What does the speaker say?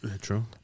True